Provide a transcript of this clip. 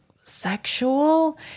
sexual